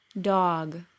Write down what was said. dog